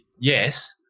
yes